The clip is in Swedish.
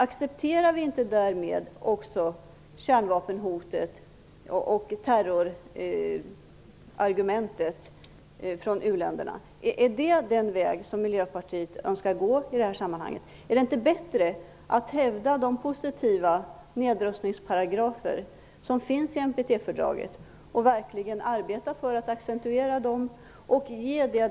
Accepterar vi inte därmed också kärnvapenhotet och terrorargumentet från u-länderna? Är det den väg som Miljöpartiet önskar gå i det här sammanhanget? Är det inte bättre att hävda de positiva nedrustningsparagrafer som finns i NPT och ge den tid som deras efterlevnad kräver?